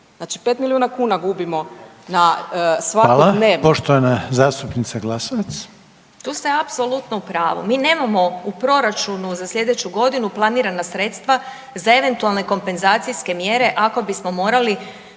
Hvala, poštovana zastupnica Glasovac. **Glasovac, Sabina (SDP)** Tu ste apsolutno u pravu. Mi nemamo u proračunu za sljedeću godinu planirana sredstva za eventualne kompenzacijske mjere ako bismo morali